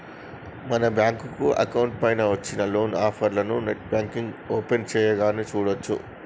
మన bank account పైన వచ్చిన లోన్ ఆఫర్లను నెట్ బ్యాంకింగ్ ఓపెన్ చేయగానే చూడచ్చు